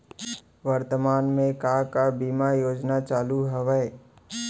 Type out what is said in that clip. वर्तमान में का का बीमा योजना चालू हवये